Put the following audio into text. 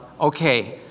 okay